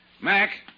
Mac